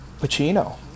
Pacino